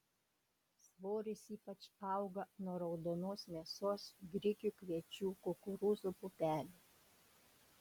svoris ypač auga nuo raudonos mėsos grikių kviečių kukurūzų pupelių